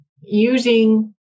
using